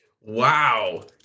Wow